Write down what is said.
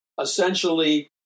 essentially